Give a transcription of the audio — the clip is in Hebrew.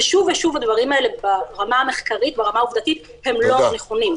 ושוב ושוב הדברים האלה ברמה המחקרית וברמה העובדתית הם לא נכונים.